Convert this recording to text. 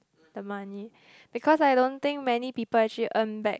the money because I don't think many people actually earn back